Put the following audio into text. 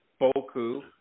Boku